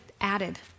added